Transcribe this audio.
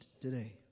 today